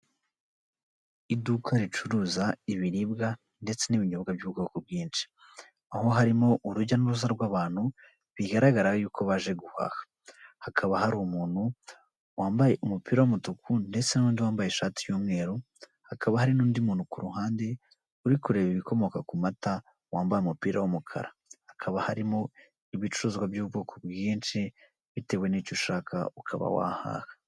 Iduka ricuruza ibiribwa ndetse n'ibinyobwa by'ubwoko bwinshi, aho harimo urujya n'uruza rw'abantu bigaragara yuko baje guhaha, hakaba hari umuntu wambaye umupira w'umutuku ndetse n'undi wambaye ishati y'umweru, hakaba hari n'undi muntu ku ruhande uri kureba ibikomoka ku mata wambaye umupira w'umukara, hakaba harimo ibicuruzwa by'ubwoko bwinshi bitewe n'icyo ushaka ukaba wahaha.